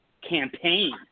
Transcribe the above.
campaign